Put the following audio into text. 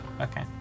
Okay